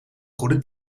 goede